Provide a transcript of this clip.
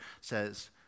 says